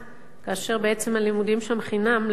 כאשר בעצם הלימודים שם חינם לילדים,